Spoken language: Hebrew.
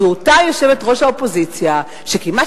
זו אותה יושבת-ראש האופוזיציה שכמעט